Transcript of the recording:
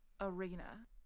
arena